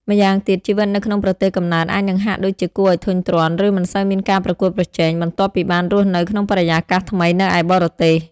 ម្យ៉ាងទៀត ជីវិតនៅក្នុងប្រទេសកំណើតអាចនឹងហាក់ដូចជាគួរឱ្យធុញទ្រាន់ ឬមិនសូវមានការប្រកួតប្រជែង បន្ទាប់ពីបានរស់នៅក្នុងបរិយាកាសថ្មីនៅឯបរទេស។